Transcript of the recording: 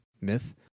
myth